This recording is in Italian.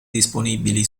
disponibili